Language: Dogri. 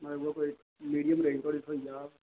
मतलब कोई मीडियम रेंज तक थ्होई जा